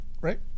Right